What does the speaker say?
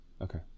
Okay